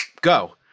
go